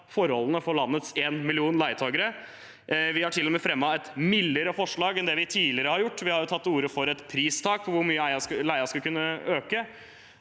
forholdene for landets én million leietakere. Vi har til og med fremmet et mildere forslag enn det vi har gjort tidligere. Vi har jo tatt til orde for et pristak på hvor mye leien skal kunne øke,